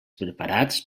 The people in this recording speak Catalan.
preparats